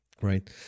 Right